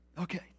okay